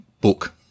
book